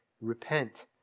Repent